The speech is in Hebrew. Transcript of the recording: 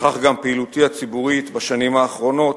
וכך גם פעילותי הציבורית בשנים האחרונות,